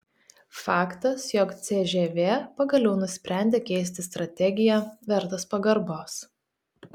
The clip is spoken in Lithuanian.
faktas jog cžv pagaliau nusprendė keisti strategiją vertas pagarbos